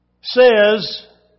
says